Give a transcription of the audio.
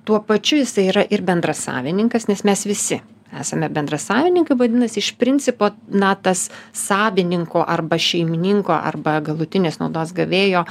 tuo pačiu jisai yra ir bendrasavininkas nes mes visi esame bendrasavininkai vadinasi iš principo na tas savininko arba šeimininko arba galutinės naudos gavėjo